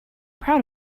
proud